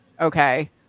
okay